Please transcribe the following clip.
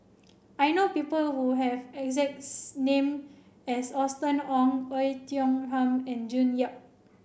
I know people who have name as Austen Ong Oei Tiong Ham and June Yap